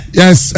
yes